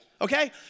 Okay